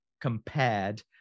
compared